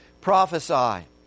prophesy